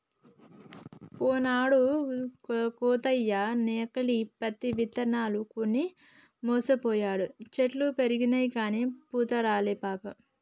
పోయినేడు కాంతయ్య నకిలీ పత్తి ఇత్తనాలు కొని మోసపోయిండు, చెట్లు పెరిగినయిగని పూత రాలే పాపం